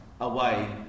away